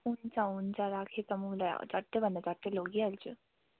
हुन्छ हुन्छ राखेँ त म उसलाई झट्टभन्दा झट्ट लगिहाल्छु